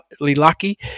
lucky